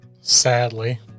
Sadly